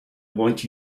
want